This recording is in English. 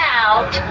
out